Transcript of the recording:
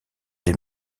des